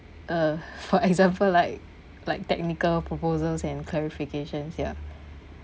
uh for example like like technical proposals and clarification ya